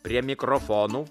prie mikrofonų